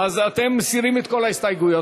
אז אתם מסירים את כל ההסתייגויות